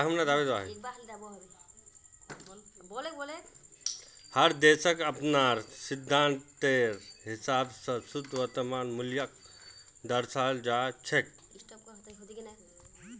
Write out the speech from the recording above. हर देशक अपनार सिद्धान्तेर हिसाब स शुद्ध वर्तमान मूल्यक दर्शाल जा छेक